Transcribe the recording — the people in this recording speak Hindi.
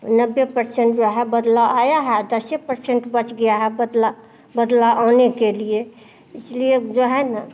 नब्बे परसेंट जो है बदलाव आया है दस परसेंट बच गया है बदला बदलाव आने के लिए इसीलिए जो है ना